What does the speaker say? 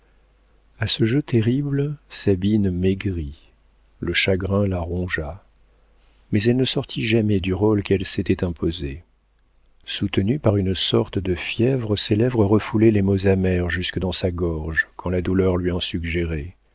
a ce jeu terrible sabine maigrit le chagrin la rongea mais elle ne sortit jamais du rôle qu'elle s'était imposé soutenue par une sorte de fièvre ses lèvres refoulaient les mots amers jusque dans sa gorge quand la douleur lui en suggérait